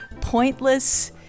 pointless